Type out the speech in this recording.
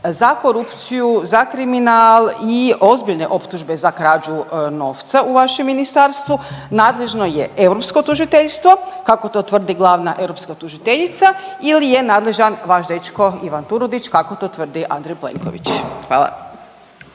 za korupciju, za kriminal i ozbiljne optužbe za krađu novca u vašem ministarstvu nadležno je europsko tužiteljstvo kako to tvrdi glavna europska tužiteljica ili je nadležan vaš dečko Ivan Turudić kako to tvrdi Andrej Plenković. Hvala.